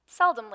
seldomly